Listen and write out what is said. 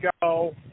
go